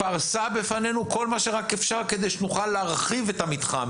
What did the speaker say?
פרסה בפנינו כל מה שרק אפשר כדי שנוכל להרחיב את המתחם